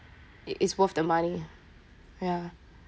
it is worth the money ya